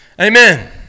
Amen